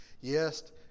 Yes